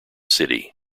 city